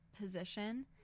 position